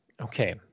Okay